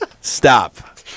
Stop